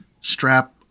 strap